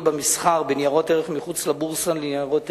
במסחר בניירות ערך מחוץ לבורסה לניירות ערך.